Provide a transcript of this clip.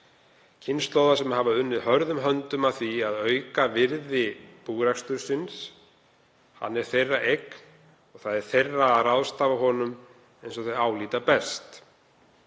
kynslóða sem hafa unnið hörðum höndum að því að auka virði búrekstursins. Hann er þeirra eign og það er þeirra að ráðstafa honum eins og þau álíta best.